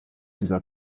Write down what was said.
dieser